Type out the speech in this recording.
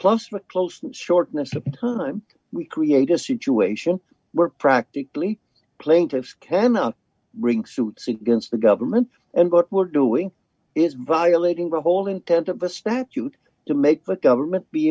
a close shortness of time we create a situation where practically plaintiffs cannot bring suits against the government and what we're doing is violating the whole intent of the statute to make but government be